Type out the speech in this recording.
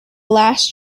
last